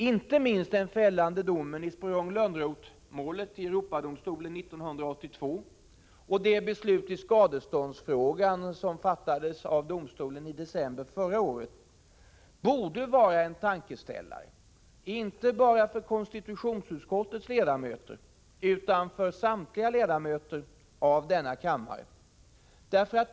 Inte minst den fällande domen i Sporrong-Lönnroth-målet i Europadomstolen 1982 och det beslut i skadeståndsfrågan som fattades av domstolen i december förra året borde vara en tankeställare, inte bara för konstitutionsutskottets ledamöter utan för samtliga ledamöter av denna kammare.